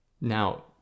Now